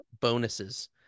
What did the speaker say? bonuses